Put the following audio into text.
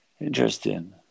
Interesting